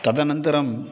तदनन्तरं